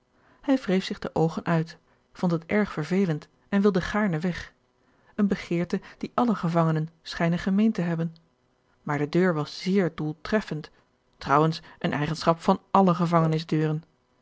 hij wreef zich de oogen uit vond het erg vervelend en wilde gaarne weg eene begeerte die alle gevangenen schijnen gemeen te hebben maar de deur was zeer doeltreffend trouwens een eigenschap van alle